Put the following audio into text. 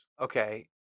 Okay